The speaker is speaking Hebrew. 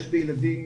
יש בילדים,